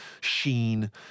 sheen